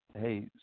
hey